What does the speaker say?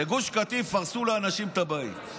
בגוש קטיף, הרסו לאנשים את הבית.